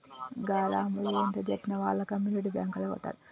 గా రామడు ఎంతజెప్పినా ఆళ్ల కమ్యునిటీ బాంకులకే వోతడు